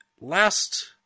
last